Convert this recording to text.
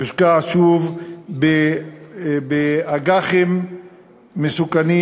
יושקע שוב באג"חים מסוכנים.